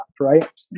Right